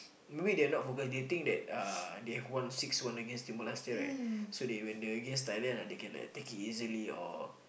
in the way they are not focused they think that uh they have won six one against Timor-Leste right so they when they against Thailand right they can like take it easily or